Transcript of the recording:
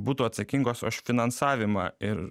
būtų atsakingos už finansavimą ir